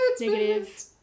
Negative